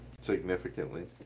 significantly